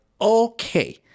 okay